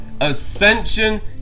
ascension